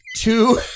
Two